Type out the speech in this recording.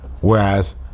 whereas